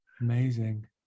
Amazing